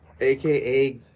aka